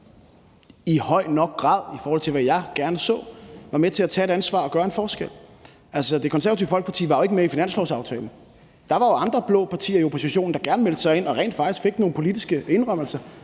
i høj nok grad – i forhold til hvad jeg gerne så – er med til at tage et ansvar og gøre en forskel. Altså, Det Konservative Folkeparti var jo ikke med i finanslovsaftalen. Der var jo andre blå partier i oppositionen, der gerne meldte sig ind og rent faktisk fik nogle politiske indrømmelser